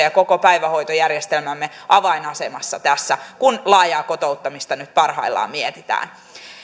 ja koko päivähoitojärjestelmämme avainasemassa tässä kun laajaa kotouttamista nyt parhaillaan mietitään